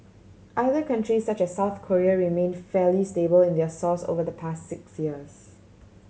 other countries such as South Korea remained fairly stable in their source over the past six years